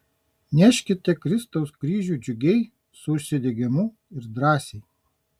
neškite kristaus kryžių džiugiai su užsidegimu ir drąsiai